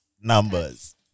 numbers